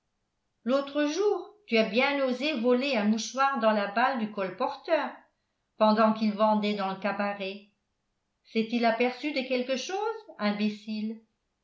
l'autre jour tu as bien osé voler un mouchoir dans la balle du colporteur pendant qu'il vendait dans le cabaret s'est-il aperçu de quelque chose imbécile